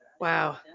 wow